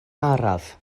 araf